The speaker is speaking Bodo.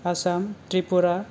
आसाम त्रिपुरा